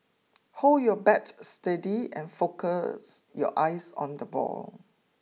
hold your bat steady and focus your eyes on the ball